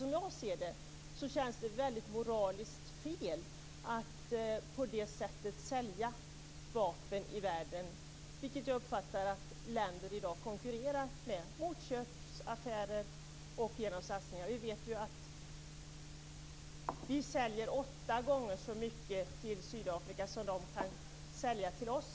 Som jag ser det känns det väldigt moraliskt fel att på det sättet sälja vapen till u-länderna. Jag har uppfattat att länder i dag konkurrerar med motköpsaffärer och satsningar. I dag säljer vi åtta gånger så mycket till Sydafrika som Sydafrika kan sälja till oss.